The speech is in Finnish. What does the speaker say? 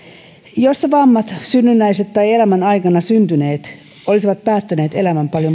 joissa vammat synnynnäiset tai elämän aikana syntyneet olisivat päättäneet elämän